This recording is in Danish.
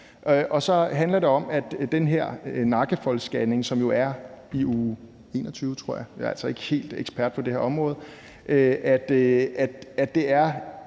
Og så handler det om, at efter den her nakkefoldsscanning, som jo er i uge 21, tror jeg – jeg er altså ikke helt ekspert på det her område – er der